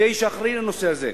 מי האיש שאחראי לנושא הזה.